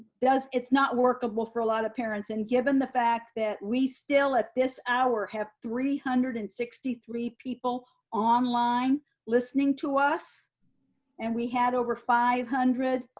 it's not workable for a lot of parents. and given the fact that we still at this hour have three hundred and sixty three people online listening to us and we had over five hundred,